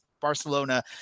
Barcelona